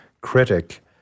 critic